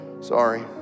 Sorry